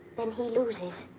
then he loses.